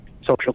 social